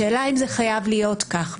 השאלה אם זה חייב להיות כך,